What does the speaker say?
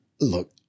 Look